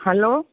hello